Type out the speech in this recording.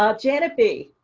ah janet b.